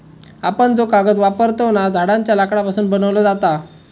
आपण जो कागद वापरतव ना, झाडांच्या लाकडापासून बनवलो जाता